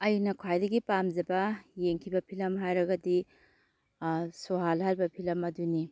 ꯑꯩꯅ ꯈ꯭ꯋꯥꯏꯗꯒꯤ ꯄꯥꯝꯖꯕ ꯌꯦꯡꯈꯤꯕ ꯐꯤꯂꯝ ꯍꯥꯏꯔꯒꯗꯤ ꯁꯨꯍꯥꯜ ꯍꯥꯏꯔꯤꯕ ꯐꯤꯂꯝ ꯑꯗꯨꯅꯤ